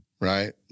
Right